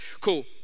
Cool